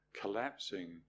collapsing